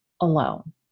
alone